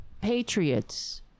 patriots